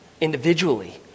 individually